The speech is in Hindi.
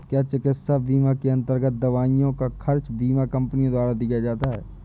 क्या चिकित्सा बीमा के अन्तर्गत दवाइयों का खर्च बीमा कंपनियों द्वारा दिया जाता है?